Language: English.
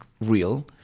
real